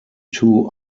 two